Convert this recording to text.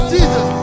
Jesus